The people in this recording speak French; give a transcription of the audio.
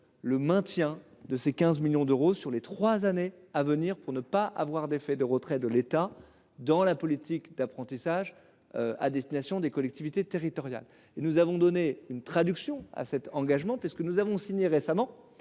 le maintien de ces 15 millions d’euros sur les trois années à venir, pour éviter tout effet de retrait de l’État dans la politique d’apprentissage à destination des collectivités territoriales. Nous avons traduit cet engagement en signant récemment